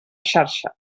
xarxa